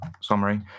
summary